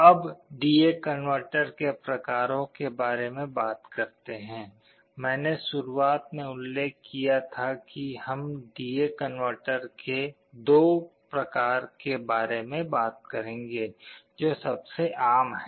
अब D A converter के प्रकारों के बारे में बात करते हैं मैंने शुरुआत में उल्लेख किया था कि हम D A कनवर्टर के 2 प्रकार के बारे में बात करेंगे जो सबसे आम है